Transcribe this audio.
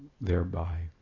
thereby